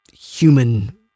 human